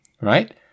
right